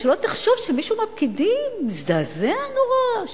שלא תחשוב שמישהו מהפקידים הזדעזע נורא,